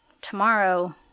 Tomorrow